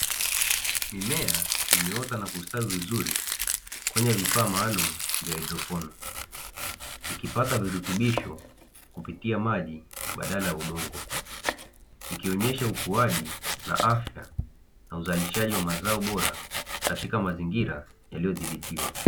Mimea imeota na kustawi vizuri kwenye vifaa maalumu vya haidroponi, ikipata virutubisho kupitia maji badala ya udongo, ikionyesha ukuaji na afya na uzalishaji wa mazao bora katika mazingira yaliyo dhibitiwa.